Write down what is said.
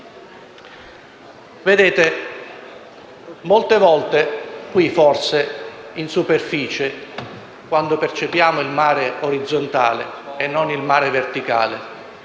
Vedete, molte volte qui, in superficie, quando percepiamo il mare orizzontale e non il mare verticale,